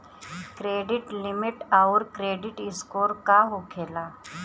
Credit limit आउर credit score का होखेला?